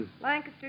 Lancaster